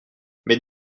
mais